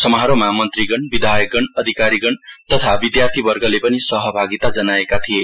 समारोहमा मन्त्रीगण विधायकगण अधिकारीगण तथा विद्यार्थीवर्गले पनि सहभागिता जनाएका थिए